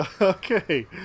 Okay